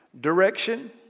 Direction